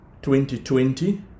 2020